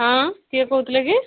ହଁ କିଏ କହୁଥିଲେ କି